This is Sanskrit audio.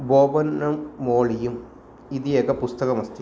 बोबल्लं मोळियम् इति एकं पुस्तकम् अस्ति